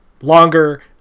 longer